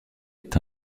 est